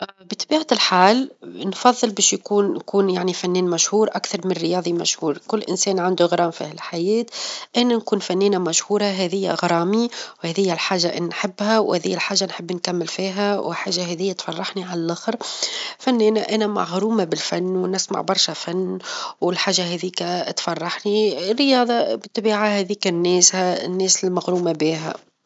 ا بطبيعة الحال نفظل بش -يكون- نكون يعني فنان مشهور، أكثر من رياظي مشهور، كل إنسان عنده غرام في هالحياة، أنا نكون فنانة مشهورة هذي هي غرامي، وهذي هي الحاجة اللي نحبها، وهذي الحاجة نحب نكمل فيها، وحاجة هذي تفرحني على اللخر، فنانة انا مغرومة بالفن، ونسمع برشا فن، والحاجة هذيك تفرحني، رياظة بالطبيعة هذيك لناسها، الناس المغرومة بها.